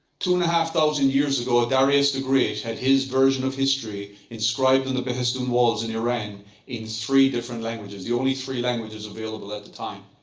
two and half thousand years ago, ah darius the great had his version of history inscribed in the behistun walls in iran in three different languages the only three languages available at the time.